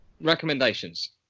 Recommendations